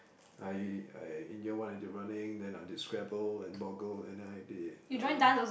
I I in year one I did running then I did scrabble and boggle and then I did uh